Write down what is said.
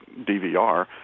DVR